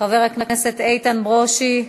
חבר הכנסת איתן ברושי,